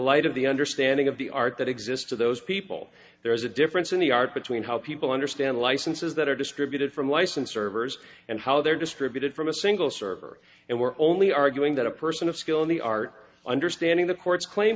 light of the understanding of the art that exists of those people there is a difference in the art between how people understand licenses that are distributed from licensed servers and how they're distributed from a single server and we're only arguing that a person of skill in the art under standing the court's claim